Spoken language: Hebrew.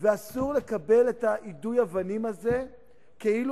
ואסור לקבל את יידוי האבנים הזה כאילו